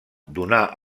donar